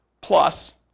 Plus